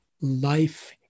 life